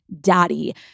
daddy